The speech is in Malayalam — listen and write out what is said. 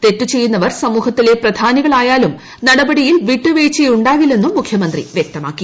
തെറ്റ് ചെയ്യുന്നവർ സമൂഹത്തിലെ പ്രധാനികളായാലും നടപടിയിൽ വിട്ടുവീഴ്ച ഉണ്ടാകില്ലെന്നും മുഖ്യമന്ത്രി വ്യക്തമാക്കി